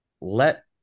let